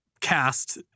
cast